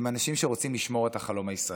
הם אנשים שרוצים לשמור את החלום הישראלי.